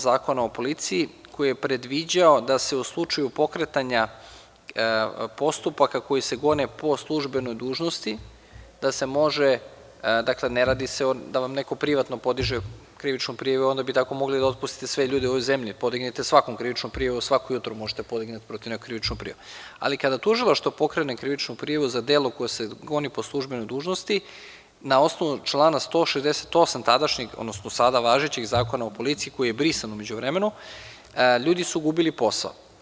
Zakona o policiji koji je predviđao da se u slučaju pokretanja postupaka koji se gone po službenoj dužnosti, da se može, dakle, ne radi se o tome da vam neko privatno podiže krivičnu prijavu, onda bi tako mogli da otpustite sve ljude u ovoj zemlji, podignete svakom krivičnu prijavu, svakog jutra možete da podignete protiv nekoga krivičnu prijavu, ali kada tužilaštvo pokrene krivičnu prijavu za delo koje se goni po službenoj dužnosti, na osnovu člana 168. tadašnjeg, odnosno sada važećeg Zakona o policiji, koji je brisan u međuvremenu, ljudi su gubili posao.